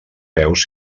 peus